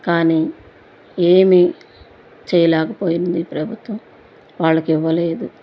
కానీ ఏమీ చేయలేకపోయింది ఈ ప్రభుత్వం వాళ్ళకి ఇవ్వలేదు